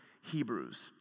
Hebrews